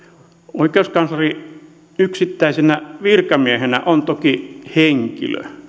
oikeuskansleri yksittäisenä virkamiehenä on toki henkilö